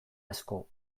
asko